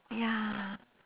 ya